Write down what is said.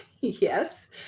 Yes